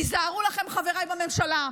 היזהרו לכם, חבריי בממשלה,